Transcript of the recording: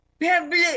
public